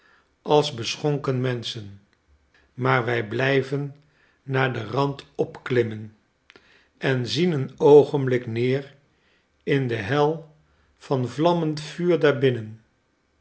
als beschonken menschen maar wij blijven naar den rand opklimmen en zien een oogenblik neer in de hel van vlammend vuur daar binnen